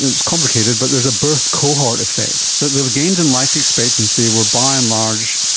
it's complicated but there's a birth cohort effect, that the gains in life expectancy were by and large,